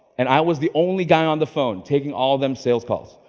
and i was the only guy on the phone taking all of them sales calls.